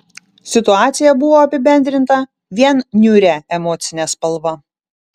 situacija buvo apibendrinta vien niūria emocine spalva